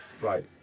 right